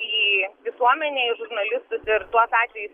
į visuomenę į žurnalistus ir tuos atvejus